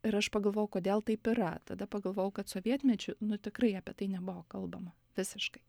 ir aš pagalvojau kodėl taip yra tada pagalvojau kad sovietmečiu nu tikrai apie tai nebuvo kalbama visiškai